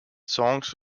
songs